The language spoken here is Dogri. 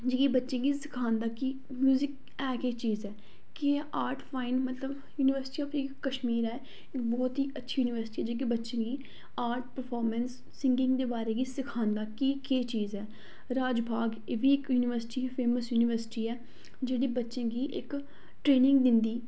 जि'यां बच्चें गी सखांदा कि म्युजिक है केह् चीज ऐ कि एह् आर्ट फाईन मतलब यूनीवर्सिटी आफ इक कश्मीर ऐ बोह्त गै अच्छी यूनीवर्सिटी ऐ जेह्की बच्चें गी आर्ट परफार्मेंस सिंगिंग दे बारे गी सखांदा कि केह् चीज ऐ राजबाग एह् बी इक यूनीवर्सिटी इक फेमस यूनीवर्सिटी ऐ जेह्ड़ी बच्चें गी इक ट्रेनिंग दिंदी